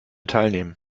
teilnehmen